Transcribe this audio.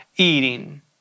eating